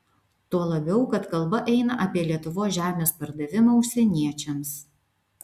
tuo labiau kad kalba eina apie lietuvos žemės pardavimą užsieniečiams